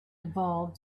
evolved